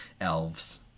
elves